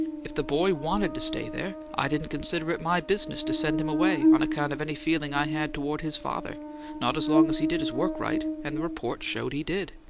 if the boy wanted to stay there, i didn't consider it my business to send him away on account of any feeling i had toward his father not as long as he did his work right and the report showed he did.